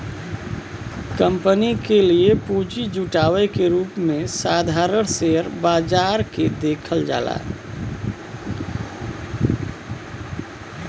company के लिए पूंजी जुटावे के रूप में साधारण शेयर बाजार के देखल जाला